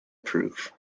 proof